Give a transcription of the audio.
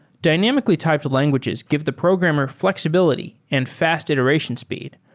dynamically typed languages give the programmer flexibility and fast iteration speed,